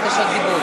יש בקשות דיבור.